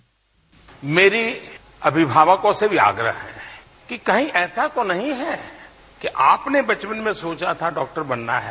bite मेरा अभिभावकों से भी आग्रह है कि कही ऐसा तो नहीं है कि आपने बचपन में सोचा था डॉक्टर बनना है